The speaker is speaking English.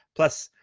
plus,